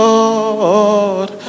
Lord